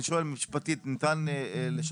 אני שואל משפטית ניתן לשנות,